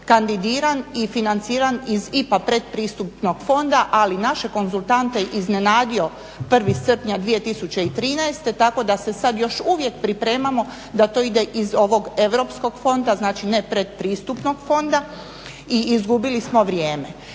kandidiran i financiran iz IPA pretpristupnog fonda, ali naše konzultante je iznenadio 1. srpnja 2013. tako da se sad još uvijek pripremamo da to ide iz ovog europskog fonda, znači ne pretpristupnog fonda i izgubili smo vrijeme.